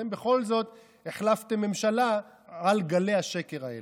היו שקרים.